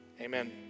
Amen